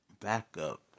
backup